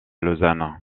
lausanne